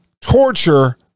torture